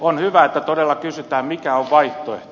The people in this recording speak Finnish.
on hyvä että todella kysytään mikä on vaihtoehto